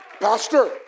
Pastor